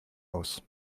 aus